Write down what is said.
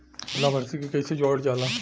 लभार्थी के कइसे जोड़ल जाला?